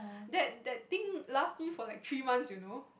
that that thing last me for like three months you know